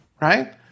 Right